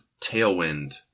Tailwind